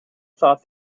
thought